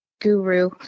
Guru